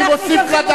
אני מוסיף לה דקה.